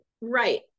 Right